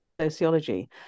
sociology